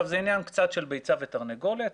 זה קצת עניין של ביצה ותרנגולת.